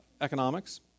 economics